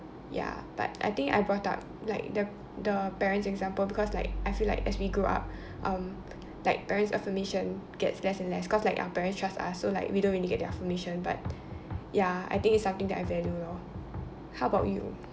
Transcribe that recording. ya but I think I brought up like the the parents example because like I feel like as we grow up um like parents affirmation gets less and less cause like our parents trust us so like we don't really get their affirmation but ya I think it's something that I value lor how about you